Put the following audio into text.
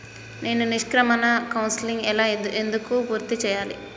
నేను నిష్క్రమణ కౌన్సెలింగ్ ఎలా ఎందుకు పూర్తి చేయాలి?